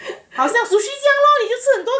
好像 sushi 这样 loh